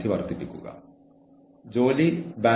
ജീവനക്കാർ അവരുടെ ജോലി ചെയ്തു